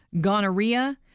gonorrhea